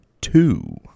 two